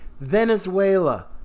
Venezuela